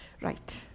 Right